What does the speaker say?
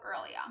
earlier